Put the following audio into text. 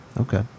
okay